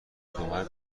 تهمت